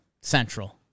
Central